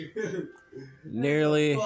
Nearly